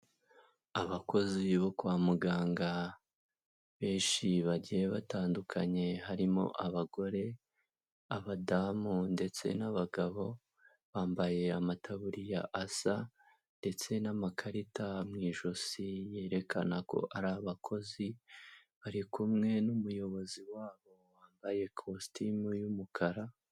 Abakozi bo kwa muganga benshi bagiye batandukanye harimo abagore, abadamu ndetse n'abagabo, bambaye amataburiya asa ndetse n'amakarita mu ijosi yerekana ko ari abakozi, bari kumwe n'umuyobozi wabo wambaye kositimu y'umukara.